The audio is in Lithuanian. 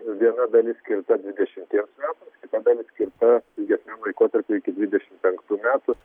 viena dalis skirta dvidešimtiems metams kita dalis skirta ilgesniam laikotarpiui iki dvidešimt penktų metų